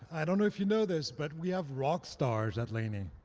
i don't know if you know this, but we have rock stars at laney.